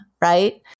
right